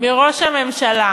מראש הממשלה: